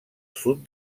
sud